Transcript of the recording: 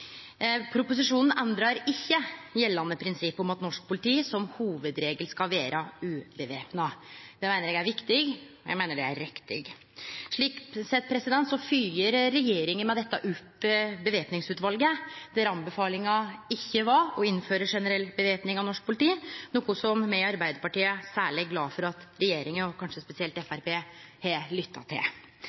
Proposisjonen endrar ikkje gjeldande prinsipp om at norsk politi som hovudregel skal vere uvæpna. Det meiner eg er viktig, og eg meiner det er riktig. Slik sett følgjer regjeringa med dette opp innstillinga frå væpningsutvalet, der anbefalinga var ikkje å innføre generell væpning av norsk politi, noko som me i Arbeidarpartiet er særleg glad for at regjeringa, og kanskje spesielt Framstegspartiet, har lytta til. For å klargjere saka: Dette handlar ikkje om anledning til